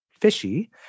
fishy